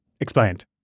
Explained